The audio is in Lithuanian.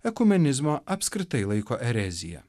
ekumenizmo apskritai laiko erezija